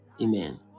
Amen